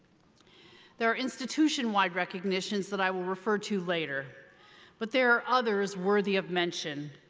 there are institution-wide recognitions that i will refer to later but there are others worthy of mention.